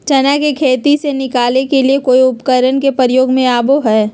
चना के खेत से निकाले के लिए कौन उपकरण के प्रयोग में आबो है?